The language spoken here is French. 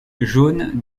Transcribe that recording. jaune